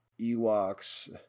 Ewoks